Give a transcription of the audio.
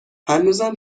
هنوزم